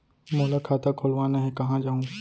मोला खाता खोलवाना हे, कहाँ जाहूँ?